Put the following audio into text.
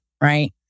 right